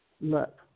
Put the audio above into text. Look